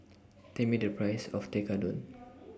Tell Me The Price of Tekkadon